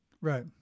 right